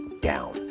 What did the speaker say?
down